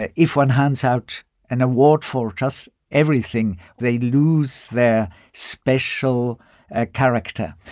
ah if one hands out an award for just everything, they lose their special ah character.